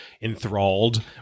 enthralled